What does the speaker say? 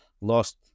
lost